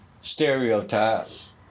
stereotypes